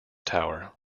tower